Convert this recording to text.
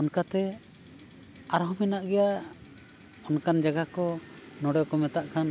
ᱚᱱᱠᱟᱛᱮ ᱟᱨᱦᱚᱸ ᱢᱮᱱᱟᱜ ᱜᱮᱭᱟ ᱚᱱᱠᱟᱱ ᱡᱟᱭᱜᱟ ᱠᱚ ᱱᱚᱰᱮ ᱠᱚ ᱢᱮᱛᱟᱜ ᱠᱟᱱ